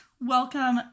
Welcome